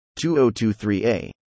2023a